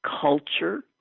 culture